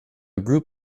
group